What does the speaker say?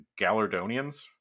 Gallardonians